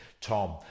Tom